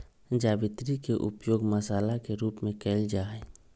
जावित्री के उपयोग मसाला के रूप में कइल जाहई